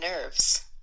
nerves